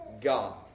God